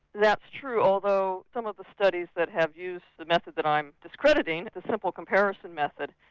that's true although some of the studies that have used the method that i'm discrediting, the simple comparison method,